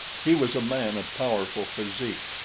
he was a man of powerful physique,